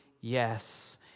yes